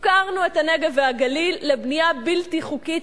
הפקרנו את הנגב והגליל לבנייה בלתי חוקית